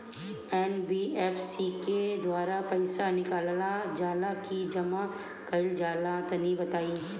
NBFC के द्वारा पईसा निकालल जला की जमा कइल जला तनि बताई?